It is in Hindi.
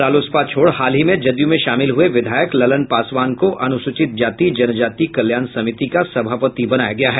रालोसपा छोड़ हाल ही में जदयू में शामिल हुए विधायक ललन पासवान को अनुसूचित जाति जनजाति कल्याण समिति का सभापति बनाया गया है